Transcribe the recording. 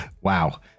Wow